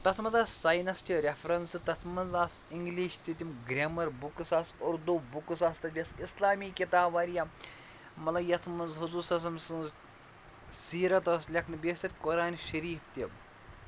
تَتھ منٛز آسہٕ ساینَس چہٕ رٮ۪فرَنسہٕ تَتھ منٛز آسہٕ اِنگلِش تہِ تِم گرٮ۪مَر بُکٕس آسہٕ اُردو بُکٕس آسہٕ تَتھ بیٚیہِ ٲس اِسلامی کِتاب واریاہ مطلب یَتھ منٛز حُضور صلی علیہِ وسلم سٕنٛز سیٖرت ٲس لٮ۪کھنہٕ بیٚیہِ ٲسۍ تَتہِ قرانِ شریٖف تہِ شریٖف تہِ